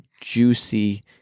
juicy